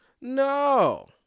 no